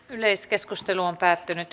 yleiskeskustelu päättyi